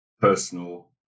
personal